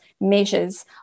measures